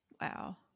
Wow